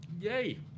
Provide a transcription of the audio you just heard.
yay